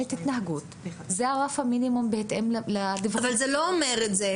התנהגות וזה רף המינימום -- אבל זה לא אומר את זה.